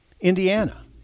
Indiana